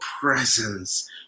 presence